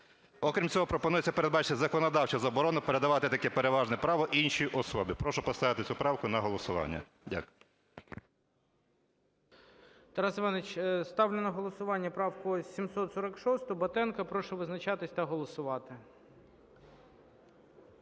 Окрім цього пропонується передбачити законодавчу заборону передати таке переважне право іншій особі. Прошу поставити цю правку на голосування. Дякую. ГОЛОВУЮЧИЙ. Тарасе Івановичу, ставлю на голосування правку 746 Батенка. Прошу визначатись та голосувати.